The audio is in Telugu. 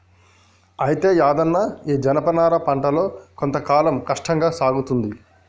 అయితే యాదన్న ఈ జనపనార పంటలో కొంత కాలం కష్టంగా సాగుతుంది